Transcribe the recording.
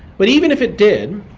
but even if it did,